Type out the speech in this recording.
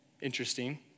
Interesting